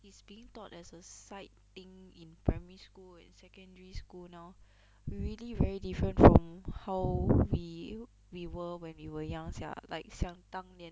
is being taught as a side thing in primary school and secondary school now we really very different from how we we were when we were young sia like 想当年